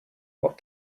what